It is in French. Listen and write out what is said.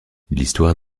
l’histoire